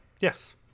Yes